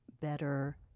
better